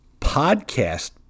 podcast